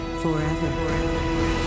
forever